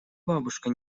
бабушка